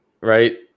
right